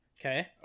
Okay